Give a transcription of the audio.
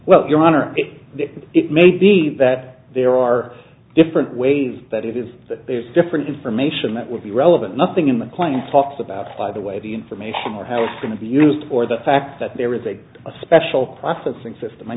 if it may be that there are different ways that it is that there's different information that would be relevant nothing in the client talks about why the way the information or how it's going to be used for the fact that there is a special processing system